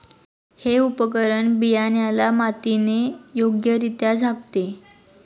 हे उपकरण बियाण्याला मातीने योग्यरित्या झाकते